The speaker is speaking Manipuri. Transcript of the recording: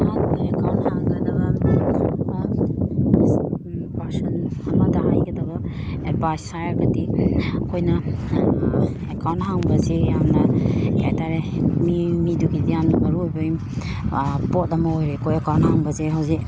ꯑꯦꯀꯥꯎꯟ ꯍꯥꯡꯒꯗꯕ ꯄꯥꯔꯁꯟ ꯑꯃꯗ ꯍꯥꯏꯒꯗꯕ ꯑꯦꯠꯚꯥꯏꯁ ꯍꯥꯏꯔꯒꯗꯤ ꯑꯩꯈꯣꯏꯅ ꯑꯦꯀꯥꯎꯟ ꯍꯥꯡꯕꯁꯦ ꯌꯥꯝꯅ ꯀꯩ ꯍꯥꯏꯇꯔꯦ ꯃꯤ ꯃꯤꯗꯨꯒꯤꯗꯤ ꯌꯥꯝꯅ ꯃꯔꯨ ꯑꯣꯏꯕ ꯄꯣꯠ ꯑꯃ ꯑꯣꯏꯔꯦꯀꯣ ꯑꯦꯀꯥꯎꯟ ꯍꯥꯡꯕꯁꯦ ꯍꯧꯖꯤꯛ